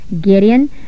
Gideon